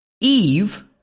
Eve